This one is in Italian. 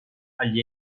agli